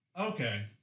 okay